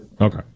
Okay